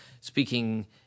speaking